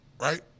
Right